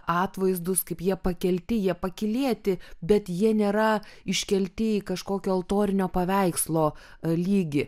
atvaizdus kaip jie pakelti jie pakylėti bet jie nėra iškelti į kažkokio altorinio paveikslo lygį